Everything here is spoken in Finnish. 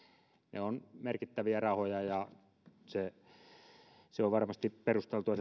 ne ovat merkittäviä rahoja ja se rahankäyttö on varmasti perusteltua